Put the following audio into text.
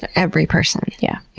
ah every person. yeah.